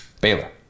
Baylor